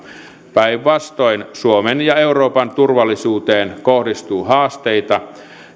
päinvastoin suomen ja euroopan turvallisuuteen kohdistuu haasteita